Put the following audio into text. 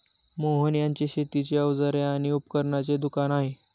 मोहन यांचे शेतीची अवजारे आणि उपकरणांचे दुकान आहे